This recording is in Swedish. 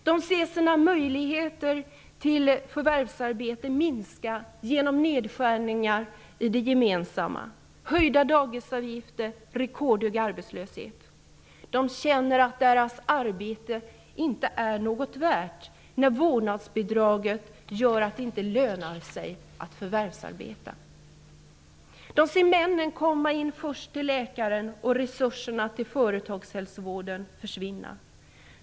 De ser sina möjligheter till förvärvsarbete minska genom nedskärningar i den gemensamma sektorn, höjda dagisavgifter och en rekordhög arbetslöshet. De känner att deras arbete inte är något värt när vårdnadsbidraget gör att det inte lönar sig att förvärvsarbeta. De ser männen komma in först till läkaren och resurserna till företagshälsovården försvinna.